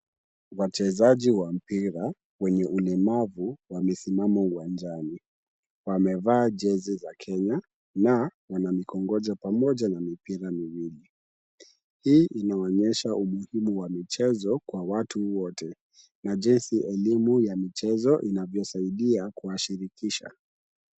Wachezaji wa mpira wenye ulemavu wamesimama uwanjani. Wamevaa jezi za Kenya na wana mikongojo pamoja na mipira miwili. Hii inaonyesha umuhimu wa michezo kwa watu wote na jinsi elimu ya michezo inavyosaidia kuwashirikisha.